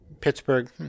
Pittsburgh